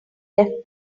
left